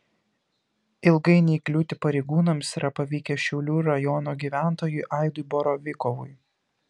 ilgai neįkliūti pareigūnams yra pavykę šiaulių rajono gyventojui aidui borovikovui